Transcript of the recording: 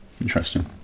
Interesting